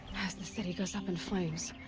as the city goes up in flames!